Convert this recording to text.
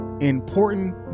important